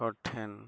ᱦᱚᱲ ᱴᱷᱮᱱ